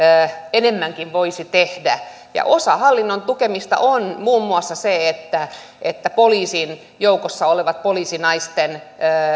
enemmänkin voisi tehdä osa hallinnon tukemista on muun muassa se että turvataan poliisin joukoissa olevien poliisinaisten